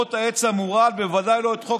פירות העץ המורעל, בוודאי לא את חוק